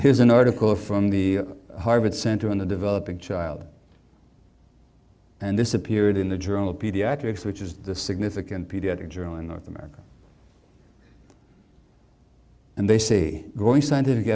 here's an article from the harvard center on the developing child and this appeared in the journal pediatrics which is the significant pediatric journal in north america and they see growing scientific